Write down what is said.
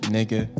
Nigga